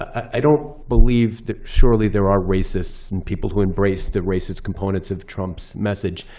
i don't believe that surely there are racists and people who embrace the racist components of trump's message.